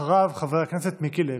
אחריו, חבר הכנסת מיקי לוי.